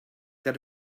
that